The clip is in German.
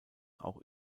auch